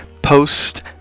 post